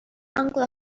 uncle